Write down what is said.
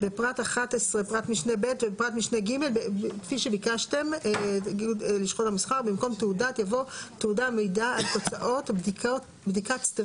ההפרה הגורם המפר 9. השתמש לצרכי ייצור מזון באצוות מזון שנבדק ונמצא